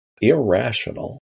irrational